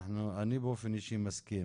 אני באופן אישי מסכים